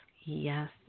yes